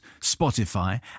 Spotify